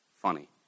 funny